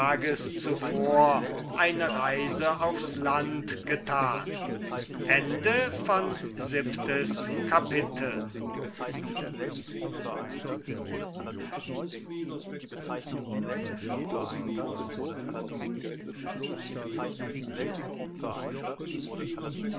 zuvor eine reise aufs land getan achtes kapitel